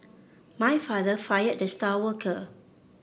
my father fired the star worker